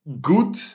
good